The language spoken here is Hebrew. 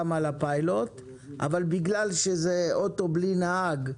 על הפיילוט אבל בגלל שזה אוטו בלי נהג,